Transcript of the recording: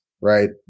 right